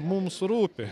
mums rūpi